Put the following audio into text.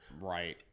Right